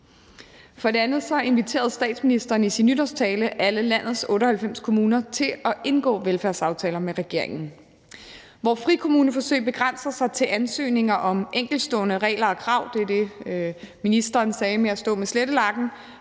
For det andet inviterede statsministeren i sin nytårstale alle landets 98 kommuner til at indgå velfærdsaftaler med regeringen. Hvor frikommuneforsøg begrænser sig til ansøgninger om enkeltstående regler og krav – det var det, ministeren sagde, om at stå med slettelakken